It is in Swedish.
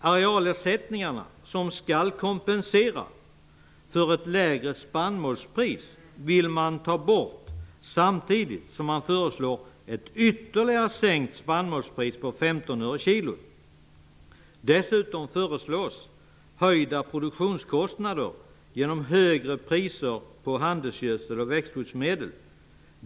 Arealersättningarna, som skall kompensera för ett lägre spannmålspris, vill de ta bort samtidigt som de föreslår ett ytterligare sänkt spannmålspris med 15 öre/kg. Dessutom föreslås höjda produktionskostnader genom högre priser på handelsgödsel och växtskyddsmedel.